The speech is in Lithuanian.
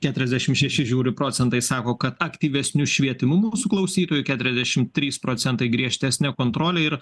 keturiasdešimt šeši žiūriu procentai sako kad aktyvesniu švietimu mūsų klausytojai keturiasdešimt trys procentai griežtesne kontrole ir